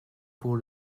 pour